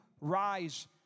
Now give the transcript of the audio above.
rise